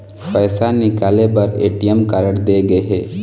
पइसा निकाले बर ए.टी.एम कारड दे गे हे